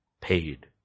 paid